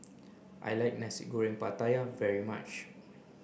I like Nasi Goreng Pattaya very much